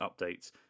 updates